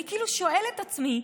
אני כאילו שואלת את עצמי: